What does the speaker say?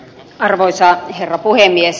arvoisa herra puhemies